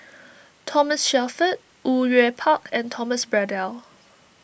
Thomas Shelford Au Yue Pak and Thomas Braddell